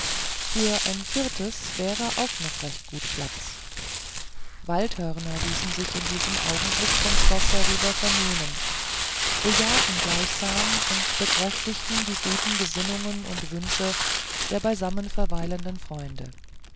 für ein viertes wäre auch noch recht gut platz waldhörner ließen sich in diesem augenblick vom schloß herüber vernehmen bejahten gleichsam und bekräftigten die guten gesinnungen und wünsche der beisammen verweilenden freunde